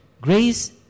Grace